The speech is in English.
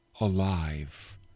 alive